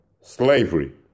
slavery